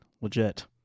legit